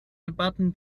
debatten